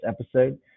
episode